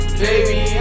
baby